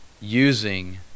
using